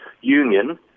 union